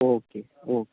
okay okay